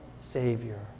Savior